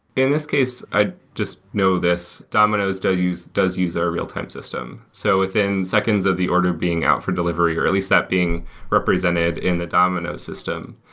in this case i just know this, domino's does use does use our real-time system. so within seconds of the order being out for delivery, early step being represented in the domino's system,